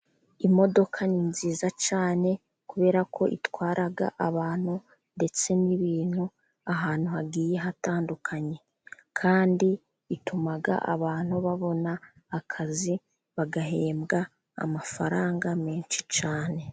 Imodoka ni nziza cyane, kubera ko itwara abantu ndetse n'ibintu ahantu hagiye hatandukanye, kandi ituma abantu babona akazi bagahembwa amafaranga menshi cyane.